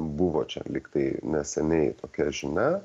buvo čia lyg tai neseniai tokia žinia